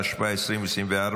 התשפ"ה 2024,